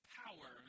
power